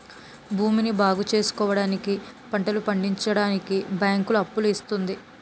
భూమిని బాగుచేసుకోవడానికి, పంటలు పండించడానికి బ్యాంకులు అప్పులు ఇస్తుంది